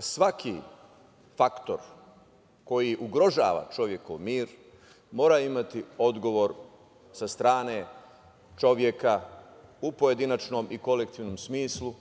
svaki faktor koji ugrožava čovekov mir mora imati odgovor sa strane čoveka u pojedinačnom i kolektivnom smislu